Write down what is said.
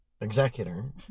executor